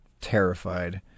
terrified